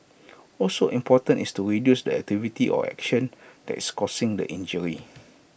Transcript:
also important is to reduce the activity or action that is causing the injury